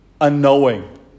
unknowing